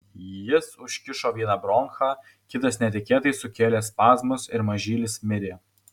jis užkišo vieną bronchą kitas netikėtai sukėlė spazmus ir mažylis mirė